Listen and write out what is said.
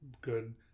good